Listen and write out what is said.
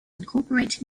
incorporate